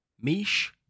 Mish